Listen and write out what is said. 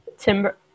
Timber